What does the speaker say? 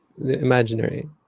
imaginary